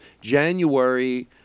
January